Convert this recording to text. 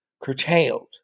curtailed